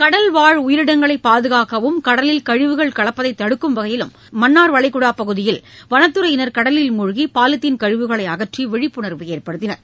கடல்வாழ் உயிரினங்களை பாதுகாக்கவும் கடலில் கழிவுகள் கலப்பதை தடுக்கும் வகையிலும் மன்னா்வளைகுடா கடற்பகுதியில் வனத்துறையினா் கடலில் மூழ்கி பாலிதின் கழிவுகளை அகற்றி விழிப்புணர்வு ஏற்படுத்தினர்